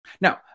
Now